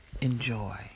Enjoy